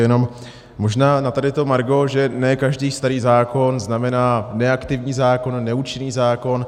Jenom možná na tady to margo, že ne každý starý zákon znamená neaktivní zákon, neúčinný zákon.